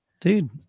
dude